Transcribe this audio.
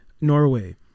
Norway